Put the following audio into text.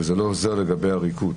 וזה לא עוזר לגבי עריקות.